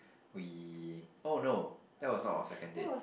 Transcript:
we oh no that was not our second date